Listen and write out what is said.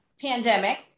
pandemic